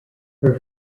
her